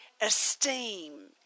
esteem